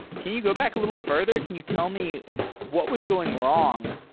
can you go back a little further? can you tell me what was going wrong?